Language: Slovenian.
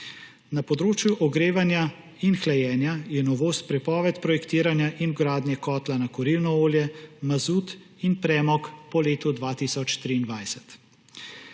Na področju ogrevanja in hlajenja je novost prepoved projektiranja in gradnje kotla na kurilno olje, mazut in premog po letu 2023.